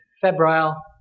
febrile